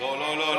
לא לא לא,